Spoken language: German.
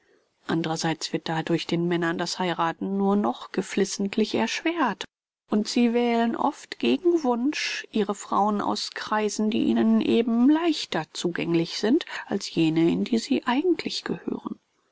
andrerseits wird dadurch den männern das heirathen nur noch geflissentlich erschwert und sie wählen oft gegen wunsch ihre frauen aus kreisen die ihnen eben leichter zugänglich sind als jene in die sie eigentlich gehören